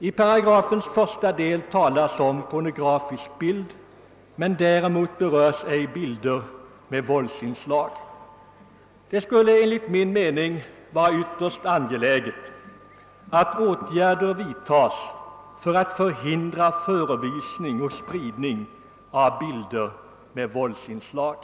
I paragrafens första del talas om pornografisk bild men däremot berörs ej bilder med våldsinslag. Det skulle enligt min mening vara ytterst angeläget att åtgärder vidtas för att förhindra förevisning och spridning av bilder med våldsinslag.